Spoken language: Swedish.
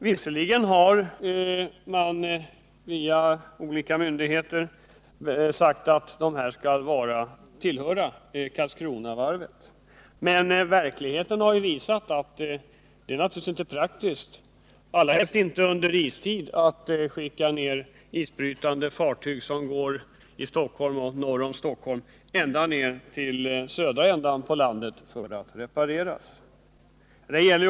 Visserligen har olika myndigheter uttalat att denna verksamhet skall ligga på Karlskronavarvet, men verkligheten har ju visat att det inte är praktiskt, allra helst inte vintertid, att skicka ned isbrytande fartyg, som går i farvattnen utanför Stockholm och norr därom, ända ned till den södra delen av landet för att repareras.